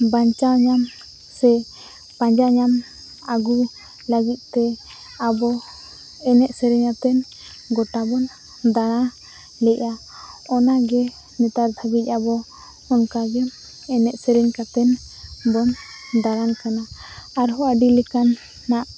ᱵᱟᱧᱪᱟᱣ ᱧᱟᱢ ᱥᱮ ᱯᱟᱸᱡᱟ ᱧᱟᱢ ᱟᱹᱜᱩ ᱞᱟᱹᱜᱤᱫᱛᱮ ᱟᱵᱚ ᱮᱱᱮᱡᱼᱥᱮᱨᱮᱧ ᱟᱛᱮᱱ ᱜᱚᱴᱟᱵᱚᱱ ᱫᱟᱬᱟᱞᱮᱫᱼᱟ ᱚᱱᱟᱜᱮ ᱱᱮᱛᱟᱨ ᱫᱷᱟᱹᱵᱤᱡ ᱟᱵᱚ ᱚᱱᱠᱟᱜᱮ ᱮᱱᱮᱡᱼᱥᱮᱨᱮᱧ ᱠᱟᱛᱮᱱᱵᱚᱱ ᱫᱟᱬᱟᱱ ᱠᱟᱱᱟ ᱟᱨᱦᱚᱸ ᱟᱵᱚᱞᱮᱠᱟᱱᱟᱜ